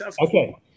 Okay